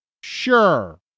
sure